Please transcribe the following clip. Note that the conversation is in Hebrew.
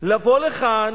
לבוא לכאן